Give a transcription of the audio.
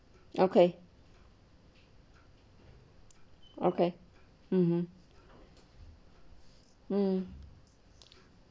okay okay mmhmm mm